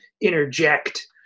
interject